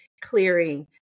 clearing